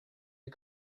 you